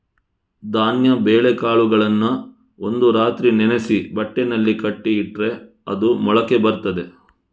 ಧಾನ್ಯ ಬೇಳೆಕಾಳುಗಳನ್ನ ಒಂದು ರಾತ್ರಿ ನೆನೆಸಿ ಬಟ್ಟೆನಲ್ಲಿ ಕಟ್ಟಿ ಇಟ್ರೆ ಅದು ಮೊಳಕೆ ಬರ್ತದೆ